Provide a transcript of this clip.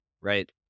right